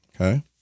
Okay